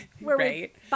Right